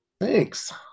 Thanks